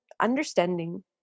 understanding